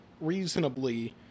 reasonably